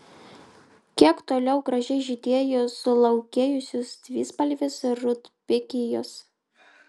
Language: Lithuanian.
kiek toliau gražiai žydėjo sulaukėjusios dvispalvės rudbekijos